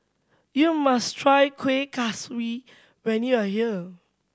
you must try Kueh Kaswi when you are here